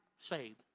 saved